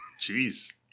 Jeez